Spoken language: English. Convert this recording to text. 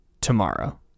tomorrow